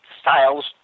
styles